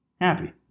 Happy